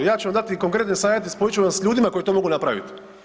Ja ću vam dati i konkretne savjete, spojit ću vas s ljudima koji to mogu napraviti.